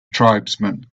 tribesman